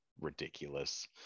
ridiculous